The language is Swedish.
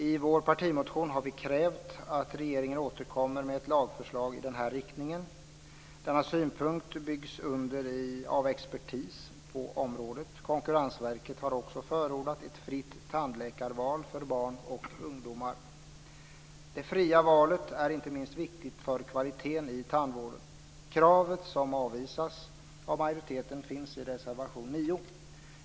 I vår partimotion har vi krävt att regeringen återkommer med ett lagförslag i den riktningen. Denna synpunkt byggs under av expertis på området. Konkurrensverket har också förordat ett fritt tandläkarval för barn och ungdomar. Det fria valet är inte minst viktigt för kvaliteten i tandvården. Kravet, som avvisas av majoriteten, finns i reservation nr 9.